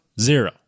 Zero